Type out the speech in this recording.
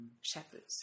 shepherds